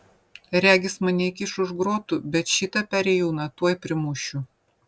regis mane įkiš už grotų bet šitą perėjūną tuoj primušiu